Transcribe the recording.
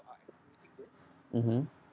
mmhmm